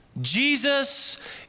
Jesus